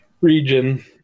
region